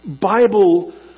Bible